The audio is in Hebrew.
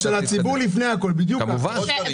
של הציבור לפני הכול, בדיוק כך.